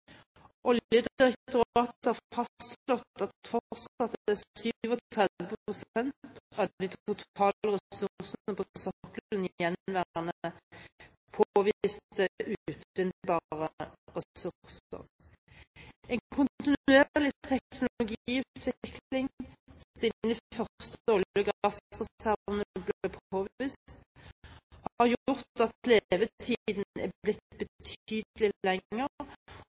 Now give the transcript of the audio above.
drift. Oljedirektoratet har fastslått at fortsatt er 37 pst. av de totale ressursene på sokkelen gjenværende påviste utvinnbare ressurser. En kontinuerlig teknologiutvikling siden de første olje- og gassreservene ble påvist, har gjort at levetiden er blitt betydelig